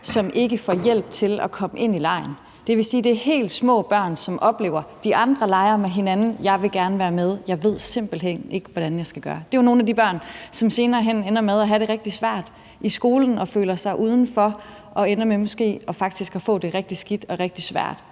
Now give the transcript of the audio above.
som ikke får hjælp til at komme ind i legen. Det vil sige, at det er helt små børn, som oplever, at de andre leger med hinanden, og at de gerne vil være med, og at de simpelt hen ikke ved, hvordan de skal gøre. Det er jo nogle af de børn, som senere hen ender med at have det rigtig svært i skolen og føler sig udenfor, og som måske faktisk ender med at få det rigtig skidt og rigtig svært